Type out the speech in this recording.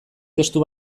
testu